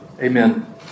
Amen